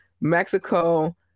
Mexico